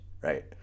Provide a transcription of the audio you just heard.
right